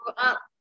up